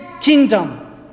kingdom